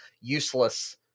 useless